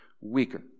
weaker